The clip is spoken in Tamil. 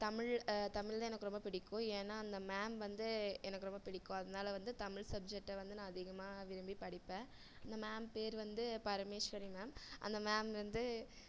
தமிழ் தமிழ்தான் எனக்கு ரொம்ப பிடிக்கும் ஏன்னால் அந்த மேம் வந்து எனக்கு ரொம்ப பிடிக்கும் அதனால் வந்து தமிழ் சப்ஜெக்ட வந்து நான் அதிகமாக விரும்பி படிப்பேன் அந்த மேம் பேர் வந்து பரமேஷ்வரி மேம் அந்த மேம் வந்து